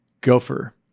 gopher